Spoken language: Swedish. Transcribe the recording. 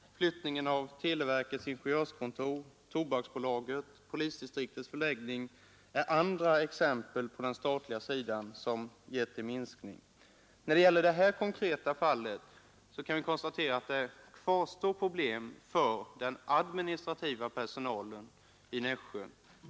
Förflyttningen av televerkets ingenjörskontor och Tobaksbolaget samt polisdistriktets förläggning är andra exempel på åtgärder på den statliga sidan som resulterat i en minskning av antalet sysselsättningstillfällen. I detta konkreta fall kan vi konstatera att det kvarstår problem för den administrativa personalen i Nässjö.